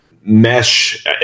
mesh